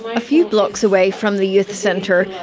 a few blocks away from the youth centre,